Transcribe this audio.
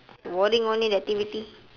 boring only that activity